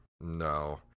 No